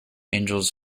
angels